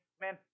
Man